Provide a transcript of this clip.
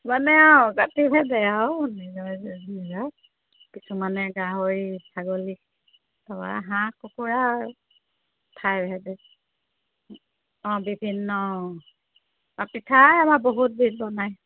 মানে আৰু জাতি ভেদে আৰু কিছুমানে গাহৰি ছাগলী হাঁহ কুকুৰা খায় সেইটো অঁ বিভিন্ন পিঠাই আমাৰ বহুত বনায়